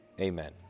Amen